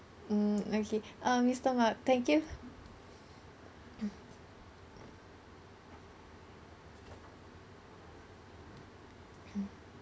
mm okay uh mister mark thank you